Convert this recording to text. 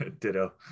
ditto